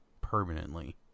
permanently